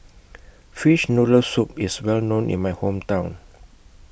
Fish Noodle Soup IS Well known in My Hometown